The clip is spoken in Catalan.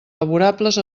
laborables